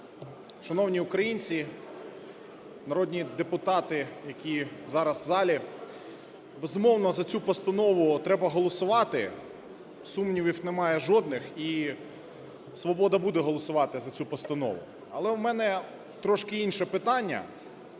Шановні українці, народні депутати, які зараз в залі. Безумовно, за цю постанову треба голосувати, сумнівів немає жодних, і "Свобода" буде голосувати за цю постанову. Але в мене трошки інше питання,